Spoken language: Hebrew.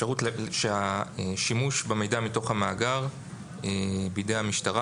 האפשרות שהשימוש במידע מתוך המאגר בידי המשטרה